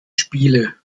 spiele